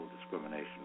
discrimination